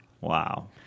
wow